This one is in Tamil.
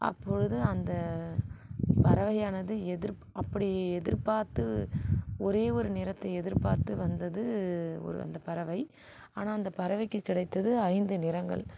அப்பொழுது அந்த பறவையானது எதிர் அப்டி எதிர்பார்த்து ஒரே ஒரு நிறத்தை எதிர்பார்த்து வந்தது ஒரு அந்த பறவை ஆனால் அந்த பறவைக்கு கிடைத்தது ஐந்து நிறங்கள்